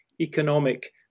economic